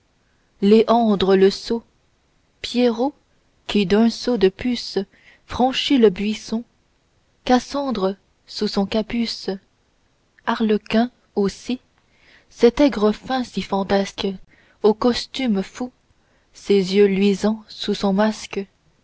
léandre le sot pierrot qui d'un saut de puce franchit le buisson cassandre sous son capuce arlequin aussi cet aigrefin si fantasque aux costumes fous ses yeux luisants sous son masque